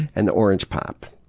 and the orange pop.